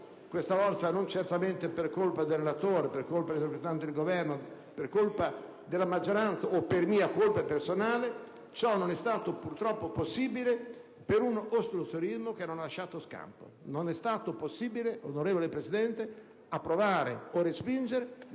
questa volta - non certamente per colpa del relatore, per colpa del rappresentante del Governo, per colpa della maggioranza o per mia colpa personale - ciò non è stato purtroppo possibile, per un ostruzionismo che non ha lasciato scampo. Non è stato possibile, onorevole Presidente, approvare o respingere